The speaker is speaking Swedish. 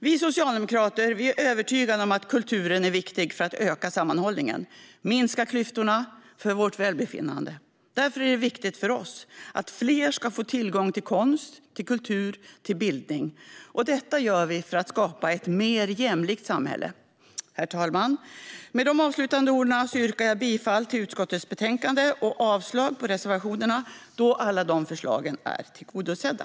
Vi socialdemokrater är övertygade om att kulturen är viktig för att öka sammanhållningen, för att minska klyftorna och för vårt välbefinnande. Därför är det viktigt för oss att fler ska få tillgång till konst, kultur och bildning. Detta gör vi för att skapa ett mer jämlikt samhälle. Herr talman! Med de avslutande orden yrkar jag bifall till utskottets förslag i betänkandet och avslag på reservationerna eftersom alla de förslagen är tillgodosedda.